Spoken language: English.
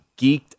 geeked